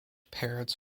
parrots